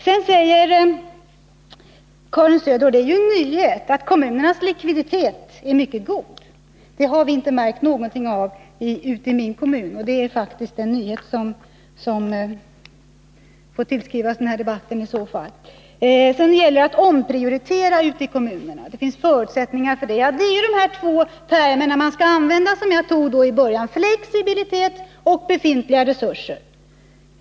Karin Söder säger — och det är något nytt — att kommunernas likviditet är mycket god. Det har vi inte märkt någonting av i min kommun. Det är en nyhet som i så fall får tillskrivas den här debatten. Beträffande att det skulle finnas förutsättningar att omprioritera i kommunerna vill jag säga: Det gäller de två termer som jag tog upp i början, flexibilitet och befintliga resurser.